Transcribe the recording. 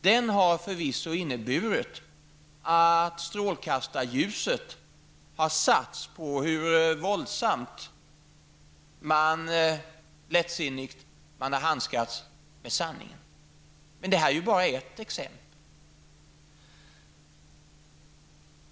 Den har förvisso inneburit att strålkastarljuset har satts på hur lättsinnigt man har handskats med sanningen. Men det här är ju bara ett exempel.